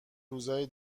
روزای